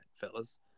fellas